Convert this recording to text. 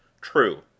True